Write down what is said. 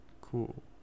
cool